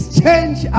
change